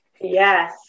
Yes